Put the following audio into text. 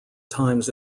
times